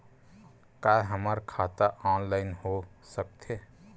का हमर खाता ऑनलाइन हो सकथे?